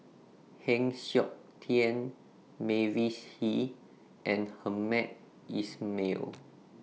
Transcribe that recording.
Heng Siok Tian Mavis Hee and Hamed Ismail